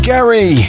Gary